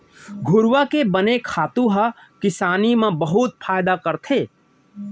घुरूवा के बने खातू ह किसानी म बहुत फायदा करथे